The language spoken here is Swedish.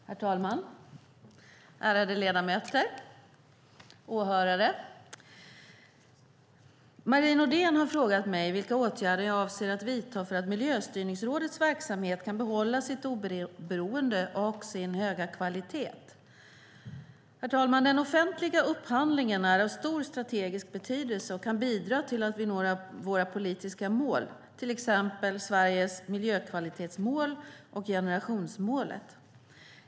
Herr talman, ärade ledamöter och åhörare! Marie Nordén har frågat mig vilka åtgärder jag avser att vidta för att Miljöstyrningsrådets verksamhet kan behålla sitt oberoende och sin höga kvalitet. Den offentliga upphandlingen är av stor strategisk betydelse och kan bidra till att vi når våra politiska mål, till exempel Sveriges miljökvalitetsmål och generationsmålet.